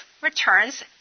returns